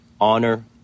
Honor